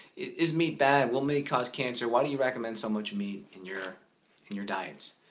is meat bad, will meat cause cancer, why do you recommend so much meat in your in your diets?